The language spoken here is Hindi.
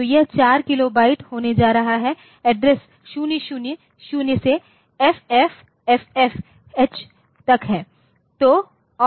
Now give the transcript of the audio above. तो यह 4 किलोबाइट होने जा रहा है एड्रेस 000 से FFFF H तक है